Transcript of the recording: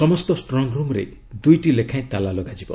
ସମସ୍ତ ଷ୍ଟ୍ରଙ୍ଗରୁମ୍ରେ ଦୁଇଟି ଲେଖାଏଁ ତାଲା ଲଗାଯିବ